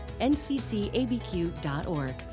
nccabq.org